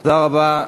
תודה רבה,